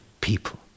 people